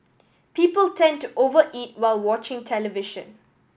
people tend to over eat while watching television